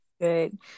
good